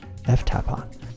ftapon